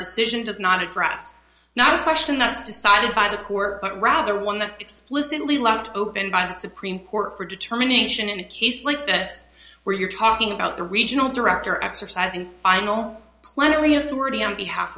address now a question that's decided by the court but rather one that's explicitly left open by the supreme court for a determination in a case like this where you're talking about the regional director exercising final plenary authority on behalf